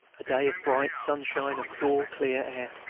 a day of bright sunshine and pure clear air.